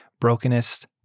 brokenest